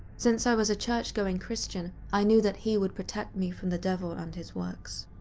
since i was a church going christian, i knew that he would protect me from the devil and his works.